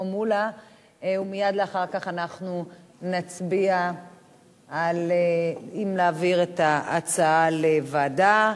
מולה ומייד אחר כך אנחנו נצביע אם להעביר את ההצעה לוועדה.